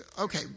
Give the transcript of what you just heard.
okay